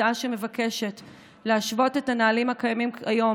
הצעה שמבקשת להשית את הנהלים הקיימים כיום